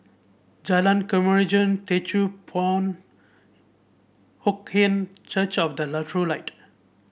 Jalan Kemajuan Teochew Poit Ip Huay Kuan Church of the True Light